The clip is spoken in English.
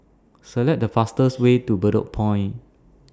Select The fastest Way to Bedok Point